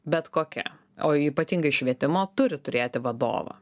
bet kokia o ypatingai švietimo turi turėti vadovą